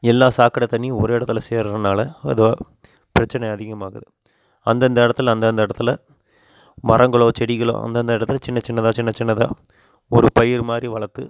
எல்லா சாக்கடை தண்ணியும் ஒரு இடத்துல சேருறனால அது பிரச்சினை அதிகமாகுது அந்தந்த இடத்துல அந்தந்த இடத்துல மரங்களோ செடிகளோ அந்தந்த இடத்துல சின்ன சின்னதாக சின்ன சின்னதாக ஒரு பயிர் மாதிரி வளர்த்து